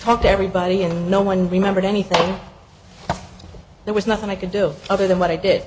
talked to everybody and no one remembered anything there was nothing i could do other than what i did